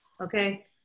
okay